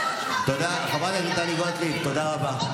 חברת הכנסת טלי גוטליב, תודה רבה.